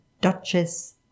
Duchess